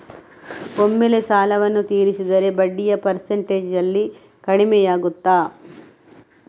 ಒಮ್ಮೆಲೇ ಸಾಲವನ್ನು ತೀರಿಸಿದರೆ ಬಡ್ಡಿಯ ಪರ್ಸೆಂಟೇಜ್ನಲ್ಲಿ ಕಡಿಮೆಯಾಗುತ್ತಾ?